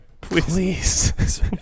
Please